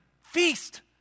feast